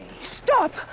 Stop